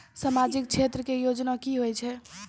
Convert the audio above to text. समाजिक क्षेत्र के योजना की होय छै?